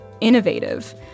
innovative